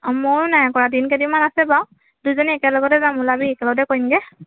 মইয়ো নাই কৰা দিন কেইদিনমান আছে বাৰু দুইজনী একেলগতে যাম ওলাবি একেলগতে কৰিমগৈ